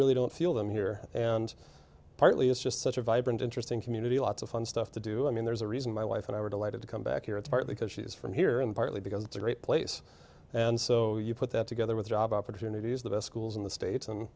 really don't feel them here and partly it's just such a vibrant interesting community lots of fun stuff to do i mean there's a reason my wife and i were delighted to come back here it's partly because she is from here and partly because it's a great place and so you put that together with job opportunities the best schools in the states and